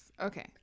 okay